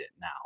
now